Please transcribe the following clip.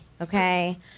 okay